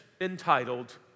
entitled